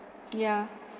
ya